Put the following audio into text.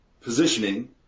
positioning